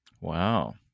Wow